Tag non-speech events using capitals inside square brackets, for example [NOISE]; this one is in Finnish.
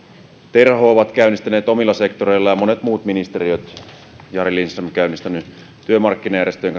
terho ovat käynnistäneet keskusteluja omilla sektoreillaan ja monet muut ministeriöt jari lindström on käynnistänyt työmarkkinajärjestöjen [UNINTELLIGIBLE]